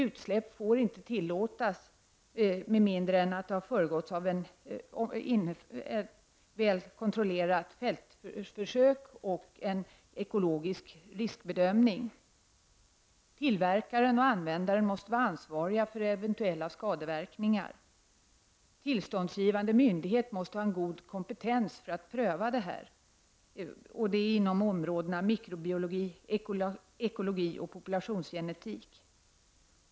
Utsläpp får inte tillåtas med mindre än att det föregåtts av väl kontrollerade fältförsök och en ekologisk riskbedömning. Tillverkaren och användaren måste vara ansvariga för eventuella skadeverkningar. Tillståndsgivande myndighet måste ha god kompetens för att pröva detta inom mikrobiologi, ekologi och populationsgenetik.